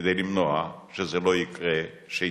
כדי למנוע, שזה לא יקרה שנית.